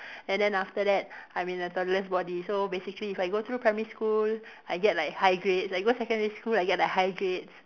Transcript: and then after that I'm in a toddler's body so basically if I go through primary school I get like high grades I go secondary school I get the high grade